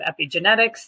epigenetics